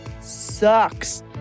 sucks